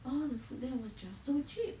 all the food there was just so cheap